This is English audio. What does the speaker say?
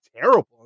terrible